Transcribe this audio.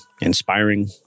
inspiring